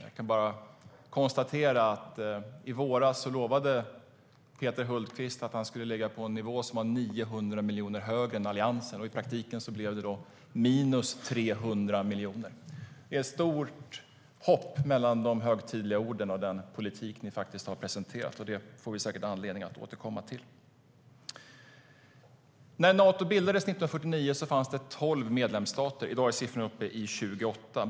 Jag kan bara konstatera att i våras lovade Peter Hultqvist att han skulle ligga på en nivå som var 900 miljoner högre än Alliansens. I praktiken blev det minus 300 miljoner. Det är ett stort hopp mellan de högtidliga orden och den politik ni har presenterat, och det får vi säkert anledning att återkomma till. När Nato bildades 1949 fanns det 12 medlemsstater. I dag är siffran uppe i 28.